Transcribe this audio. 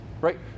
right